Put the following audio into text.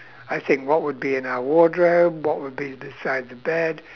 I think what would be in our wardrobe what would be beside the bed